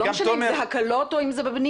זה לא משנה אם זה הקלות או אם זה בבנייה.